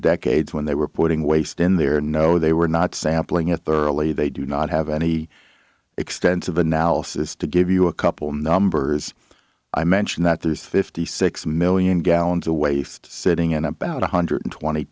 decades when they were putting waste in there no they were not sampling at the early they do not have any extensive analysis to give you a couple numbers i mentioned that there's fifty six million gallons a waste sitting in about one hundred twenty